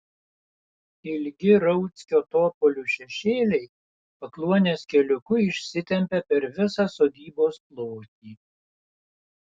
ilgi rauckio topolių šešėliai pakluonės keliuku išsitempia per visą sodybos plotį